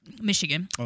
Michigan